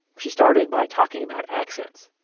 she started by talking about accents.